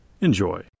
Enjoy